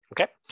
Okay